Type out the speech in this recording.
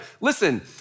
Listen